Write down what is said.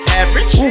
average